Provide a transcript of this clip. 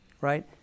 right